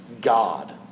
God